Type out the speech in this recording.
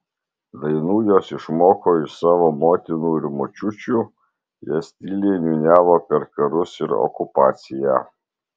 dainų jos išmoko iš savo motinų ir močiučių jas tyliai niūniavo per karus ir okupaciją